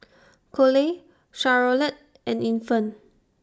Coley Charolette and Infant